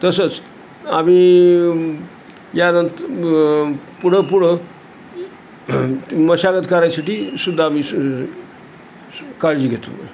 तसंच आम्ही यानंत पुढ पुढं मशागत करायसाठी सुुद्धा आम्ही काळजी घेतो